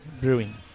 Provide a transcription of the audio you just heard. Brewing